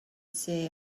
say